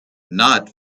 not